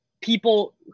people